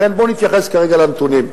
לכן, בוא נתייחס כרגע לנתונים.